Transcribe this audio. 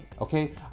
okay